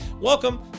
Welcome